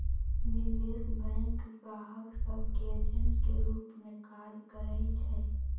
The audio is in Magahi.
निवेश बैंक गाहक सभ के एजेंट के रूप में काज करइ छै